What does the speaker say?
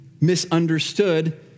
misunderstood